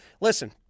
Listen